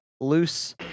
loose